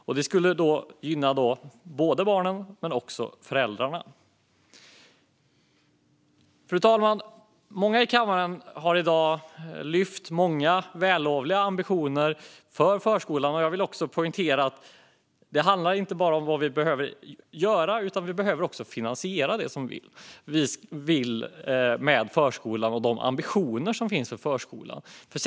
Detta skulle gynna både barn och föräldrar. Fru talman! Många i kammaren har i dag lyft fram många vällovliga ambitioner för förskolan. Jag vill poängtera att det inte bara handlar om vad som behöver göras med förskolan och de ambitioner som finns, utan det måste också finansieras.